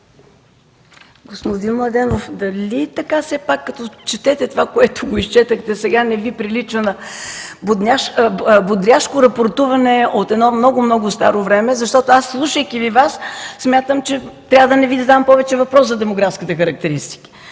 Господин Младенов, дали все пак, така като четете това, което изчетохте сега, не Ви прилича на бодряшко рапортуване от едно много, много старо време? Защото аз, слушайки Ви, смятам, че трябва да не Ви задавам повече въпроси за демографските характеристики.